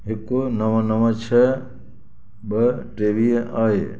हिकु नवं नवं छह ॿ टेवीह आहे